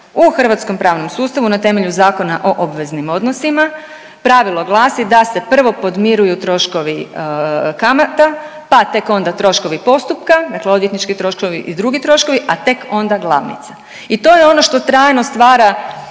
u hrvatskom pravnom sustavu na temelju Zakona o obveznim odnosima pravilo glasi da se prvo podmiruju troškovi kamata, pa tek onda troškovi postupka dakle odvjetnički troškovi i drugi troškovi, a tek onda glavnica. I to je ono što trajno stvara